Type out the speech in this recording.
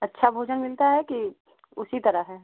अच्छा भोजन मिलता है कि उसी तरह है